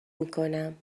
میکنم